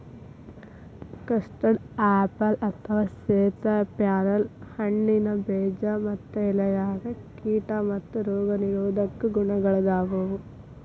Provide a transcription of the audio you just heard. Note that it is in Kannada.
ಕಸ್ಟಡಆಪಲ್ ಅಥವಾ ಸೇತಾಪ್ಯಾರಲ ಹಣ್ಣಿನ ಬೇಜ ಮತ್ತ ಎಲೆಯಾಗ ಕೇಟಾ ಮತ್ತ ರೋಗ ನಿರೋಧಕ ಗುಣಗಳಾದಾವು